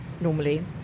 normally